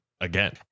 again